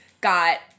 got